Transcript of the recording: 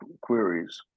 queries